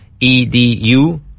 Edu